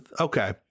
okay